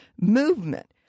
movement